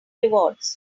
rewards